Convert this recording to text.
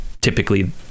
Typically